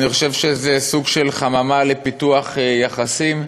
ואני חושב שזה סוג של חממה לפיתוח יחסים.